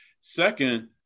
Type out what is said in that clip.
Second